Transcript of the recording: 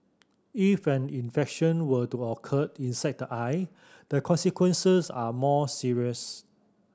if an infection were to occured inside the eye the consequences are more serious